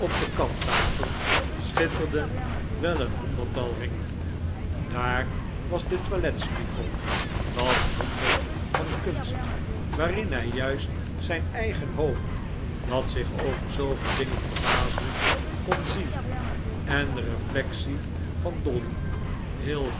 de kaptafel schitterden wel een honderdtal ringen daar was de toiletspiegel dat wonder van kunst waarin hij juist zijn eigen hoofd dat zich over zooveel dingen verbaasde icon zien en de reflectie van dolly